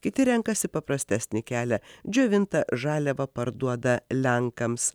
kiti renkasi paprastesnį kelią džiovintą žaliavą parduoda lenkams